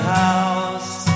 house